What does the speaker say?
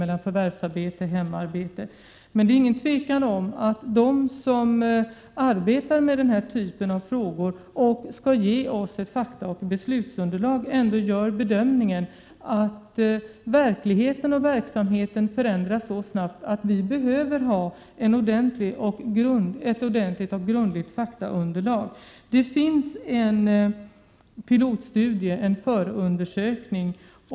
Det är emellertid inget tvivel om att de som arbetar med denna typ av frågor och som skall ge oss ett underlag för beslut ändå bedömer att verkligheten och verksamheten förändras så snabbt att vi behöver ha ett ordentligt och grundligt faktaunderlag. Det föreligger en pilotstudie, en förundersökning.